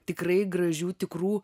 tikrai gražių tikrų